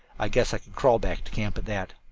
i guess i could crawl back to camp, at that.